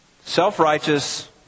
self-righteous